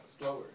slower